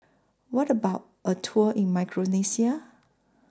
What about A Tour in Micronesia